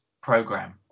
program